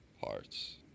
Hearts